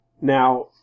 Now